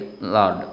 lord